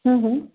हूं हूं